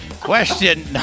Question